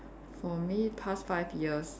for me past five years